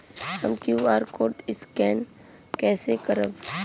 हम QR code scan कइसे करब?